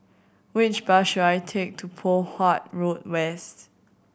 which bus should I take to Poh Huat Road West